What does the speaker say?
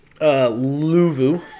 Luvu